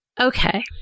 Okay